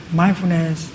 mindfulness